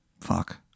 Fuck